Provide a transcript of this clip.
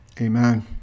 Amen